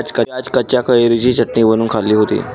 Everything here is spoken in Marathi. मी आज कच्च्या कैरीची चटणी बनवून खाल्ली होती